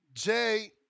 Jay